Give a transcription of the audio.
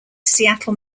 seattle